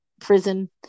prison